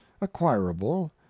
acquirable